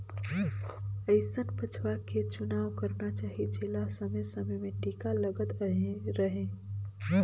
अइसन बछवा के चुनाव करना चाही जेला समे समे में टीका लगल रहें